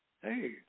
hey